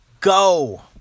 go